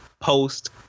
post